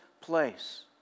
place